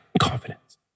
confidence